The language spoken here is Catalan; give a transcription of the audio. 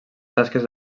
tasques